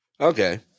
Okay